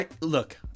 Look